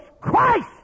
Christ